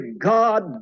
God